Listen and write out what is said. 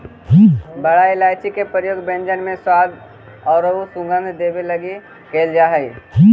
बड़ा इलायची के प्रयोग व्यंजन में स्वाद औउर सुगंध देवे लगी कैइल जा हई